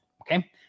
Okay